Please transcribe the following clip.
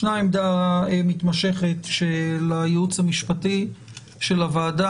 יש את העמדה המתמשכת של הייעוץ המשפטי של הוועדה,